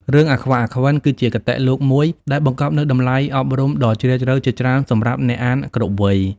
រឿង «អាខ្វាក់ អាខ្វិន» គឺជាគតិលោកមួយដែលបង្កប់នូវតម្លៃអប់រំដ៏ជ្រាលជ្រៅជាច្រើនសម្រាប់អ្នកអានគ្រប់វ័យ។